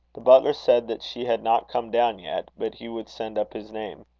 the butler said that she had not come down yet, but he would send up his name.